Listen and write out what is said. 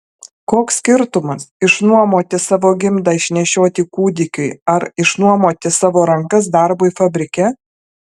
koks skirtumas išnuomoti savo gimdą išnešioti kūdikiui ar išnuomoti savo rankas darbui fabrike